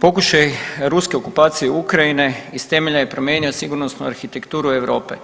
pokušaj ruske okupacije Ukrajine iz temelja je promijenio sigurnosnu arhitekturu Europu.